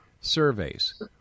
surveys